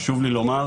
חשוב לי לומר,